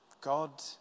God